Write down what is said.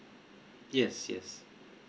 yes yes